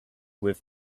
with